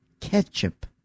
ketchup